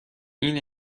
این